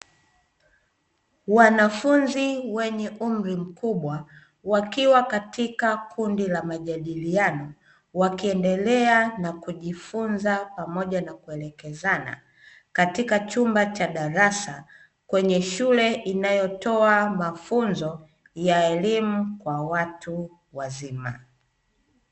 Wanafunzi wenye umri mkubwa wakiwa katika kundi la majadiliano, wakiendelea na kujifunza pamoja na kuelekezana katika chumba cha darasa kwenye shule inayotoa mafunzo ya elimu kwa watu wazima.